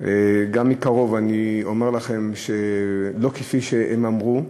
גם מקרוב אני אומר לכם, שלא כפי שהם אמרו,